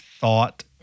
thought